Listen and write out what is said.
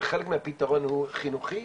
וחלק מהפתרון הוא חינוכי,